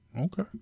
Okay